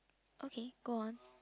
okay go on